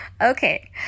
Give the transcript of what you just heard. Okay